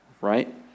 right